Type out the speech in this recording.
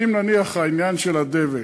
אם, נניח, העניין של הדבק,